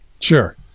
Sure